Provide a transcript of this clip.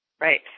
Right